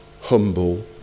humble